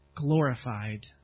Glorified